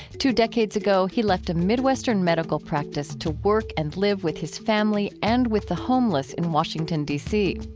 two decades ago he left a midwestern medical practice to work and live with his family and with the homeless in washington, d c.